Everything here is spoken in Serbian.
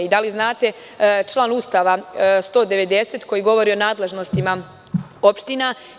Da li znate član Ustava 190. koji govori o nadležnostima opština?